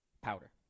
powder